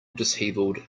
dishevelled